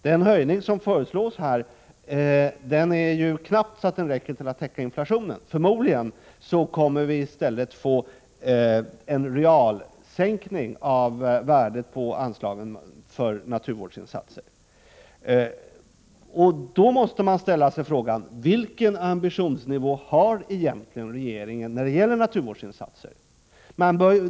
Den höjning som här föreslås täcker knappast inflationen. Förmodligen kommer viistället att få en real sänkning av värdet på anslagen för naturvårdsinsatser. Då måste man ställa frågan: Vilken ambitionsnivå har egentligen regeringen när det gäller naturvårdsinsatserna?